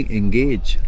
engage